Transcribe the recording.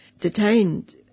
detained